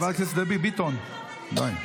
חברת הכנסת דבי ביטון, די.